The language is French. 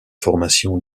formation